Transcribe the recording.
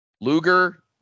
Luger